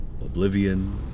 oblivion